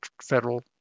federal